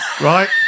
right